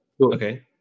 Okay